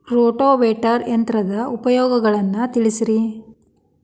rotavator ಯಂತ್ರದ ಉಪಯೋಗಗಳನ್ನ ತಿಳಿಸಿರಿ